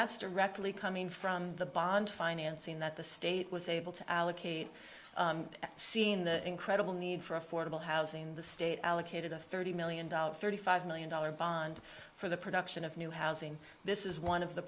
that's directly coming from the bond financing that the state was able to allocate seeing the incredible need for affordable housing in the state allocated a thirty million dollars thirty five million dollars bond for the production of new housing this is one of the